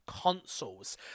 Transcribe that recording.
consoles